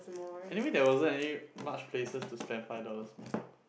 anywhere there was so many much places to spend five dollars more